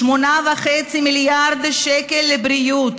8.5 מיליארד שקל לבריאות.